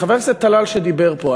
לחבר הכנסת טלאל שדיבר פה.